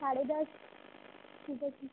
साढ़े दस बजे